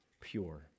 pure